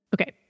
Okay